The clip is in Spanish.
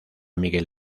miguel